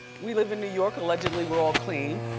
we live in new york, allegedly we're all clean.